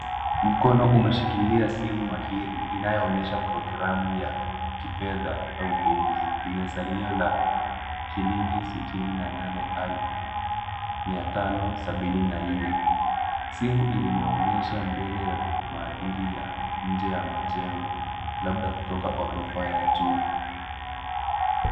Mkono umeshikilia simu mahiri, inayoonyesha programu ya kifedha au benki yenye salio la shilingi sitini na nane elfu, mia tano sabini na nne. Simu imeonyesha mbele ya maadili ya nje ya majengo, labda kutoka ghorofa ya juu.